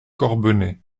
corbenay